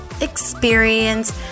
experience